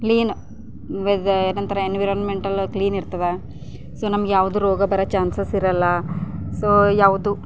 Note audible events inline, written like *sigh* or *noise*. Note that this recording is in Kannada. ಕ್ಲೀನ್ *unintelligible* ಏನಂತಾರೆ ಎನ್ವಿರೋನ್ಮೆಂಟ್ಟಲ್ಲ ಕ್ಲೀನ್ ಇರ್ತದ ಸೊ ನಮಗೆ ಯಾವುದು ರೋಗ ಬರೋ ಚಾನ್ಸಸ್ಸಿರಲ್ಲ ಸೊ ಯಾವುದು